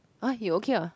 !huh! you okay ah